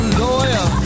lawyer